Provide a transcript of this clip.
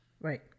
Right